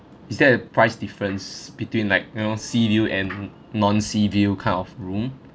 is there a price difference between like you know sea and non sea view kind of room